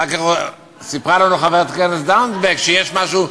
אחר כך סיפרה לנו חברת הכנסת זנדברג שיש משהו,